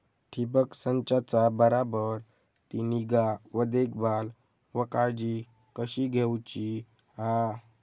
ठिबक संचाचा बराबर ती निगा व देखभाल व काळजी कशी घेऊची हा?